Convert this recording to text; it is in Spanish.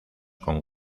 con